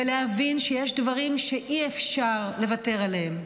ולהבין שיש דברים שאי-אפשר לוותר עליהם.